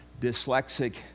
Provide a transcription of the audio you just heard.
dyslexic